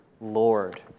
Lord